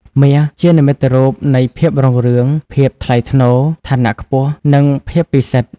មាស ជានិមិត្តរូបនៃ ភាពរុងរឿង ភាពថ្លៃថ្នូរ ឋានៈខ្ពស់ និង ភាពពិសិដ្ឋ។